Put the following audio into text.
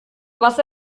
was